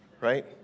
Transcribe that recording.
Right